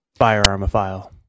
Firearmophile